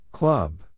Club